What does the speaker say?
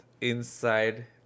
inside